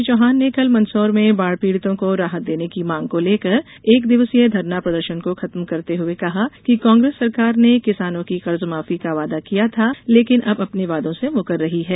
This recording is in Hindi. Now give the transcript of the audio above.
श्री चौहान ने कल मंदसौर में बाढ़ पीड़ितों को राहत देने की मांग को लेकर एक दिसवीय धरना प्रदर्शन को खत्म करते हुए कहा कि कांग्रेस सरकार ने किसानों की कर्जमाफी का वादा किया था लेकिन अब अपने वादों से मुकर रही है